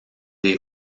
des